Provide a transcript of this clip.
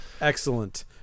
Excellent